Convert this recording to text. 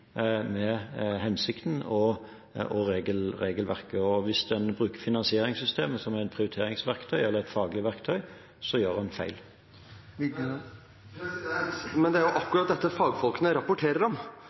og regelverket. Hvis en bruker finansieringssystemet som et prioriteringsverktøy eller faglig verktøy, gjør en feil. Men det er akkurat dette fagfolkene rapporterer om,